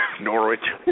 Norwich